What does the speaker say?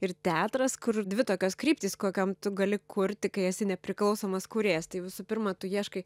ir teatras kur dvi tokios kryptys kokiom tu gali kurti kai esi nepriklausomas kūrėjas tai visų pirma tu ieškai